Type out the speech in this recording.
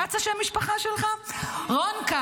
רון.